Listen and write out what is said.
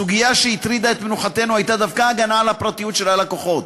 הסוגיה שהטרידה את מנוחתנו הייתה דווקא ההגנה על הפרטיות של הלקוחות.